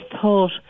thought